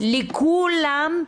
הסתרה.